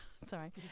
sorry